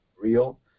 real